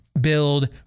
build